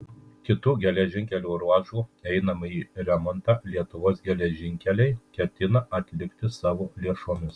kitų geležinkelio ruožų einamąjį remontą lietuvos geležinkeliai ketina atlikti savo lėšomis